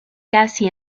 casi